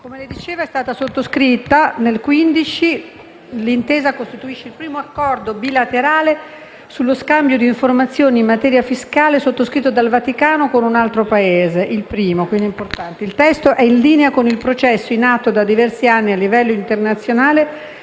Convenzione è stata sottoscritta nel 2015 e costituisce il primo accordo bilaterale sullo scambio di informazioni in materia fiscale sottoscritto dal Vaticano con un altro Paese; quindi è importante. Il testo è in linea con il processo, in atto da diversi anni a livello internazionale,